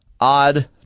odd-